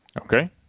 Okay